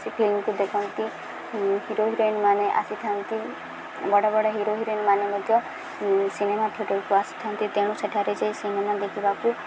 ସେ ଫିଲ୍ମକୁ ଦେଖନ୍ତି ହିରୋ ହିରୋଇନ୍ମାନେ ଆସିଥାନ୍ତି ବଡ଼ ବଡ଼ ହିରୋ ହିରୋଇନ୍ମାନେ ମଧ୍ୟ ସିନେମା ଥିଏଟରକୁ ଆସିଥାନ୍ତି ତେଣୁ ସେଠାରେ ସେ ସିନେମା ଦେଖିବାକୁ